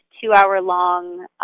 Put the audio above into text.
two-hour-long